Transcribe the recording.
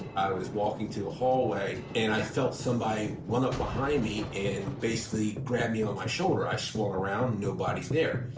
was walking through a hallway, and i felt somebody run up behind me and basically grab me on my shoulder. i swung around. nobody's there.